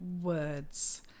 words